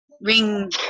ring